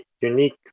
unique